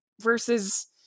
versus